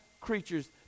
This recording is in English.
creatures